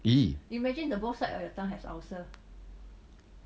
!ee!